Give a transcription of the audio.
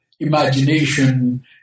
imagination